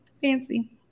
Fancy